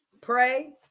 pray